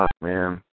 man